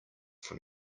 from